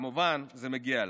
וכמובן, זה מגיע להם.